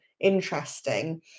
interesting